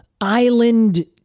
island